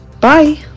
Bye